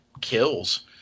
kills